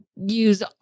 use